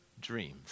dreams